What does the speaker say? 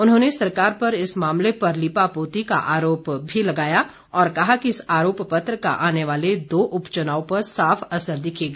उन्होंने सरकार पर इस मामले पर लीपापोती का आरोप भी लगाय और कहा कि इस आरोप पत्र का आने वाले दो उपचुनाव पर साफ असर दिखेगा